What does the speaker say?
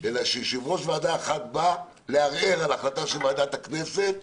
אלא שיושב-ראש ועדה אחד בא לערער על החלטה של ועדת הכנסת